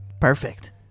Perfect